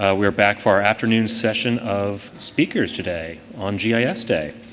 ah we're back for our afternoon session of speakers today on gis day.